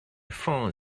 phone